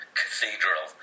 cathedral